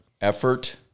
Effort